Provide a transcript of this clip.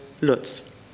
Lutz